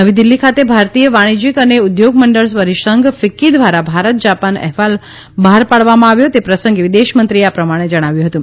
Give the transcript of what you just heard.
નવી દિલ્હી ખાતે ભારતીય વાણિજયીક અને ઉદ્યોગ મંડળ પરીસંઘ ફિકકી ધ્વારા ભારત જાપાન અહેવાલ બહાર પાડવામાં આવ્યો તે પ્રસંગે વિદેશ મંત્રીએ આ પ્રમાણે જણાવ્યું હતું